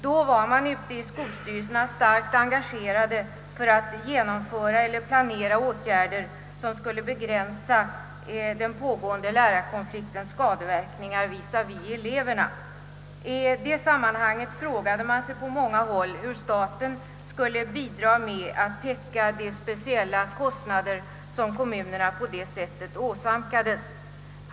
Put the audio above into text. Då var man i skolstyrelserna starkt engagerad för att genomföra eller planera åtgärder, som skulle begränsa den pågående lärarkonfliktens skadeverkningar visavi eleverna. I detta sammanhang frågade man sig varningstecken på många håll, hur staten skulle bidra till att täcka de speciella kostnader som kommunerna på detta sätt åsamkats.